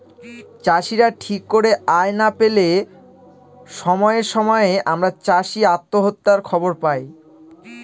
চাষীরা ঠিক করে আয় না পেলে সময়ে সময়ে আমরা চাষী আত্মহত্যার খবর পায়